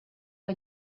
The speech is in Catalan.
que